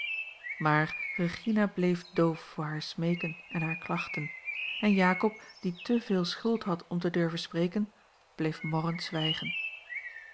maar regina bleef doof voor haar smeeken en hare klachten en jakob die te veel schuld had om te durven spreken bleef morrend zwijgen